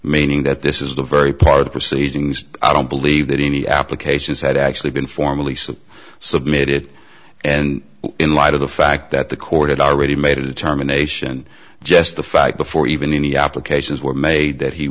meaning that this is the very part of the proceedings i don't believe that any applications had actually been formally so submitted and in light of the fact that the court had already made a determination just the fact before even any applications were made that he